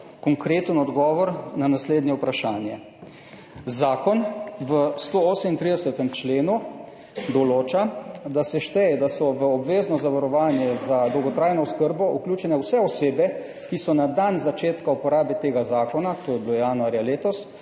konkreten odgovor na naslednje vprašanje. Zakon v 138. členu določa, da so v obvezno zavarovanje za dolgotrajno oskrbo vključene vse osebe, ki so na dan začetka uporabe tega zakona, to je bilo januarja letos,